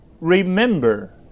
remember